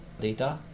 data